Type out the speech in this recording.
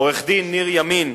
עורך-דין ניר ימין,